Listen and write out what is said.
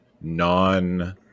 non